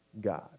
God